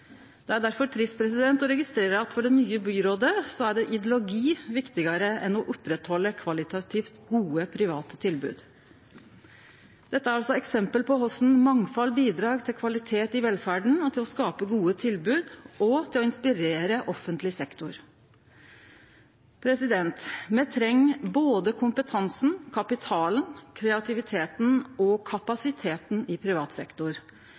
Det er difor trist å registrere at for det nye byrådet er ideologi viktigare enn å oppretthalde kvalitativt gode private tilbod. Dette er eksempel på korleis mangfald bidreg til kvalitet i velferda, til å skape gode tilbod og til å inspirere offentleg sektor. Me treng både kompetansen, kapitalen, kreativiteten og kapasiteten i privat sektor,